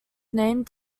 named